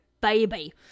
baby